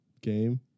game